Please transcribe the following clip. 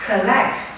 Collect